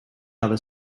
other